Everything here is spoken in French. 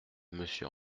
monsieur